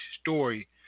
story